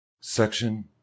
Section